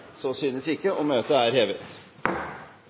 Møtet er hevet.